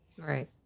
Right